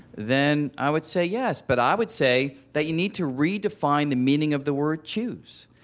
then i would say yes. but i would say that you need to redefine the meaning of the word choose.